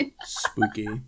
Spooky